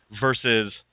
versus